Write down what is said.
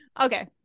okay